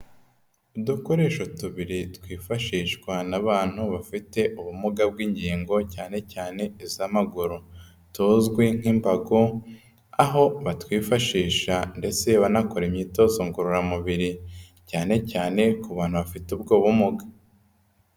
Udukoresho tubiri twifashishwa n'abantu bafite ubumuga bw'ingingo cyane cyane iz'amaguru, tuzwi nk'imbago aho batwifashisha ndetse banakora imyitozo ngororamubiri, cyane cyane ku bantu bafite ubwo bumuga.